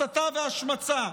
הסתה והשמצה,